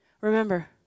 Remember